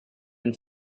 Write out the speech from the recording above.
been